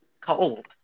Cold